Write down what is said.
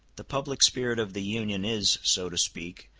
the public spirit of the union is, so to speak,